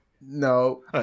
No